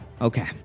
Okay